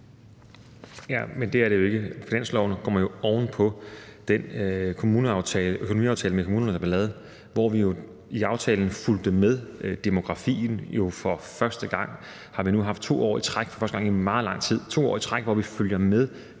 Ja, men sådan er det ikke. Finansloven kommer jo oven på den økonomiaftale med kommunerne, der blev lavet, hvor vi i aftalen fulgte med demografien. For første gang i meget lang tid har vi haft 2 år i træk, hvor vi følger med demografien,